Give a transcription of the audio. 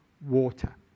water